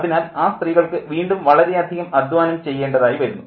അതിനാൽ ആ സ്ത്രീകൾക്ക് വീണ്ടും വളരെയധികം അദ്ധ്വാനം ചെയ്യേണ്ടതായി വരുന്നു